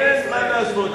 אין מה להשוות,